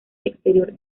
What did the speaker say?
exterior